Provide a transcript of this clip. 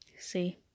See